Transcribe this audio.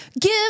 Give